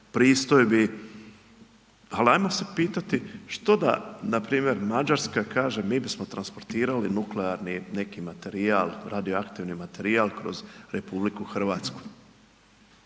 pristojbi, ali ajmo se pitati, što da npr. Mađarska kaže mi bismo translatirali nuklearni neki materijal, radioaktivni materijal kroz RH.